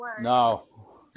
no